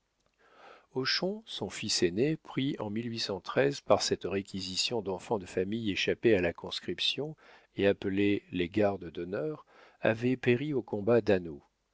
hochon son fils aîné pris en par cette réquisition d'enfants de famille échappés à la conscription et appelés les gardes d'honneur avait péri au combat d'hanau